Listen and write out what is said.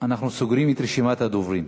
סוגרים את רשימת הדוברים.